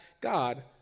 God